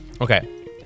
okay